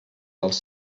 dels